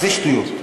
זה שטויות.